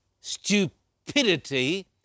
stupidity